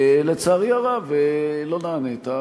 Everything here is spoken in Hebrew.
לצערי הרב לא נענית.